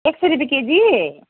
एक सौ रुपियाँ केजी